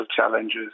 challenges